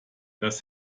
das